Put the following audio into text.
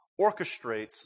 orchestrates